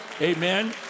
Amen